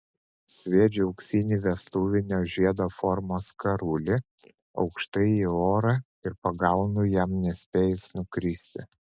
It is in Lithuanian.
sviedžiu auksinį vestuvinio žiedo formos karulį aukštai į orą ir pagaunu jam nespėjus nukristi